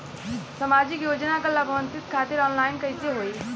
सामाजिक योजना क लाभान्वित खातिर ऑनलाइन कईसे होई?